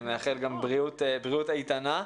מאחל גם בריאות איתנה.